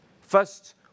First